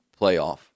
playoff